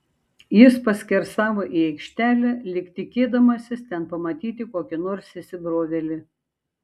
jis paskersavo į aikštelę lyg tikėdamasis ten pamatyti kokį nors įsibrovėlį